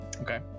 Okay